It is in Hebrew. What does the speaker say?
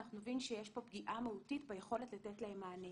אנחנו נבין שיש פה פגיעה מהותית ביכולת לתת להם מענה.